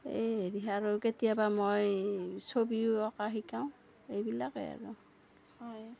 এই হেৰি আৰু কেতিয়াবা মই ছবিও অঁকা শিকাওঁ এইবিলাকেই আৰু হয়